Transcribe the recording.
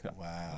Wow